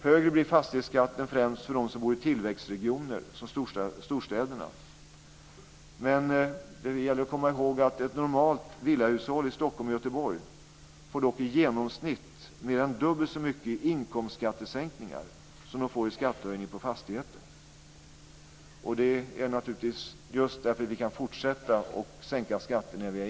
Högre blir fastighetsskatten främst för dem som bor i tillväxtregioner som storstäderna. Men det gäller att komma ihåg att ett normalt villahushåll i Stockholm och Göteborg i genomsnitt får mer än dubbelt så mycket i inkomstskattesänkning som de får i skattehöjning på fastigheten. Det är naturligtvis just därför vi kan fortsätta att sänka skatterna.